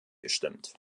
gestimmt